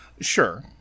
Sure